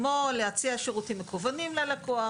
כמו להציע שירותים מקוונים ללקוח,